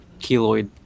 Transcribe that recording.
keloid